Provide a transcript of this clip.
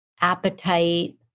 appetite